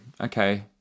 Okay